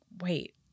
wait